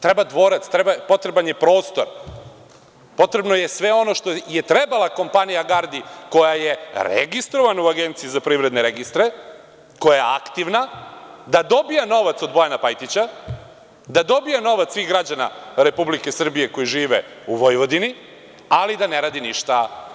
Treba dvorac, potreban je prostor, potrebno je sve ono što je trebala kompanija „Gardi“, koja je registrovana u Agenciji za privredne registre, koja je aktivna da dobija novac od Bojana Pajtića, da dobija novac svih građana RS koji žive u Vojvodini, ali da ne radi ništa.